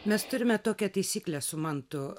mes turime tokią taisyklę su mantu